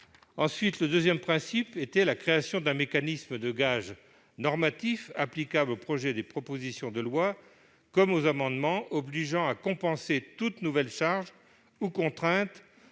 locales. Deuxième principe : la création d'un mécanisme de « gage normatif », applicable aux projets et propositions de loi comme aux amendements, obligeant à compenser toute nouvelle charge ou contrainte